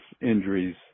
injuries